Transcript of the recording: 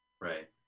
Right